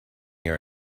near